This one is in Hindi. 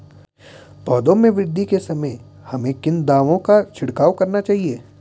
पौधों में वृद्धि के समय हमें किन दावों का छिड़काव करना चाहिए?